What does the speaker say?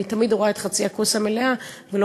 אני תמיד רואה את חצי הכוס המלאה ולא